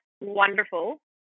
wonderful